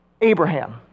Abraham